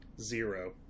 Zero